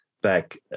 back